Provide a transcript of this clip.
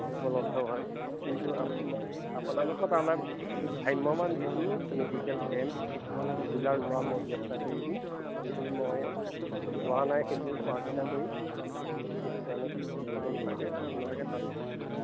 উপলব্ধ হয় কিন্তু আপোনালোকৰ তালে ভ্ৰাম্যমান যিটো মেডিকেল কেম্প সেই ৰেগুলাৰ যোৱা মই ব্যৱস্থা কৰি দিম যদি মই যোৱা নাই সেইটো চোৱা চিতা কৰিম সেইটো কাৰণে কৰিব নালাগে আপোনালোকে তাত